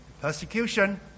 Persecution